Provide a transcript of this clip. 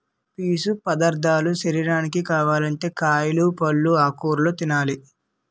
పీసు పదార్ధాలు శరీరానికి కావాలంటే కాయలు, పల్లు, ఆకుకూరలు తినాలి